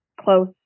close